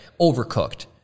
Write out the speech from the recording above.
Overcooked